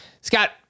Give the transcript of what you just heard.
Scott